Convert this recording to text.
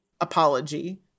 apology